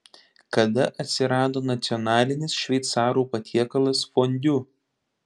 kada atsirado nacionalinis šveicarų patiekalas fondiu